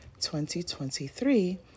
2023